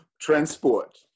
transport